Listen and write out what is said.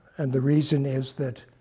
and the reason is that,